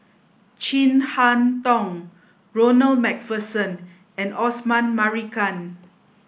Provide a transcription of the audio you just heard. Chin Harn Tong Ronald MacPherson and Osman Merican